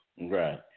Right